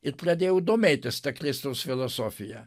ir pradėjau domėtis ta kristaus filosofija